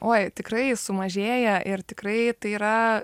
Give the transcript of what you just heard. oi tikrai sumažėja ir tikrai tai yra